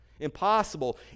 Impossible